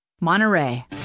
Monterey